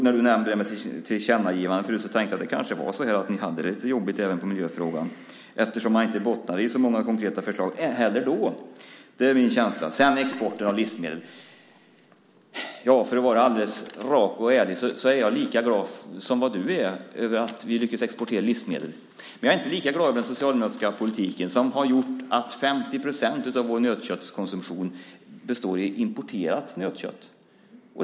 När du nämnde tillkännagivande tänkte jag att ni kanske hade det lite jobbigt även med miljöfrågan eftersom ni inte heller då bottnade i så många konkreta förslag. Sedan var det frågan om export av livsmedel. För att vara alldeles rak och ärlig är jag lika glad som du är över att vi lyckas exportera livsmedel. Men jag är inte lika glad över den socialdemokratiska politiken som har gjort att 50 procent av vår nötköttskonsumtion består av importerat nötkött.